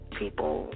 people